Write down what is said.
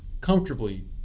comfortably